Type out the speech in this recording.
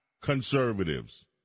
conservatives